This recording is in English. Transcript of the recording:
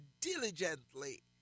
diligently